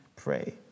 Pray